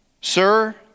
Sir